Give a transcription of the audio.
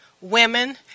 women